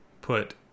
put